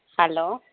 hello